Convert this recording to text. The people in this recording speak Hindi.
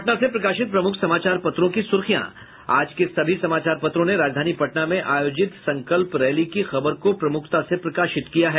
अब पटना से प्रकाशित प्रमुख समाचार पत्रों की सुर्खियां आज के सभी समाचार पत्रों ने राजधानी पटना में आयोजित संकल्प रैली की खबर को प्रमुखता से प्रकाशित किया है